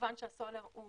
כמובן שהסולר הוא